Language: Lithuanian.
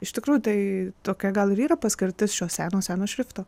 iš tikrųjų tai tokia gal ir yra paskirtis šio seno seno šrifto